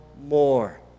more